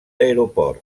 aeroport